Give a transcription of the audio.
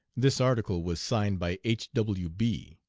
this article was signed by h. w. b.